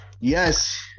yes